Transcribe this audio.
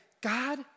God